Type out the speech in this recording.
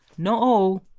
not all,